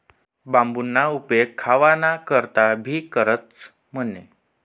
बांबूना उपेग खावाना करता भी करतंस म्हणे